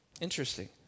Interesting